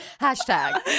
Hashtag